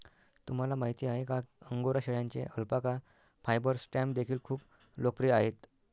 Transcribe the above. तुम्हाला माहिती आहे का अंगोरा शेळ्यांचे अल्पाका फायबर स्टॅम्प देखील खूप लोकप्रिय आहेत